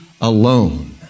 alone